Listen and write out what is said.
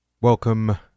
Welcome